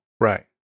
Right